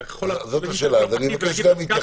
אתה יכול להרים טלפון לפקיד ולהגיד לו "הפקדתי